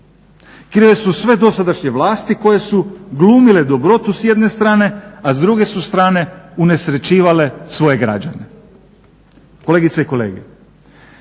krive su sve dosadašnje vlasti koje su glumile dobrotu s jedne strane, a s druge su strane unesrećivale svoje građane. Kolegice i kolege,